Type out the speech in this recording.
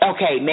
Okay